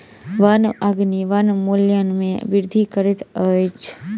वन अग्नि वनोन्मूलन में वृद्धि करैत अछि